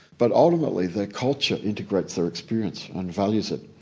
but ultimately the culture integrates their experience and values it,